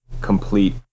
complete